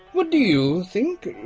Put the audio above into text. what do you think,